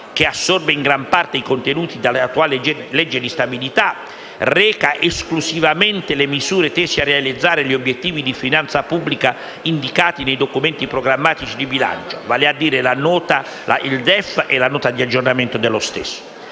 che assorbe in gran parte i contenuti dell'attuale legge di stabilità, reca esclusivamente le misure tese a realizzare gli obiettivi di finanza pubblica indicati nei documenti programmatici di bilancio, vale a dire il DEF e la Nota di aggiornamento dello stesso.